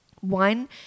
One